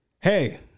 hey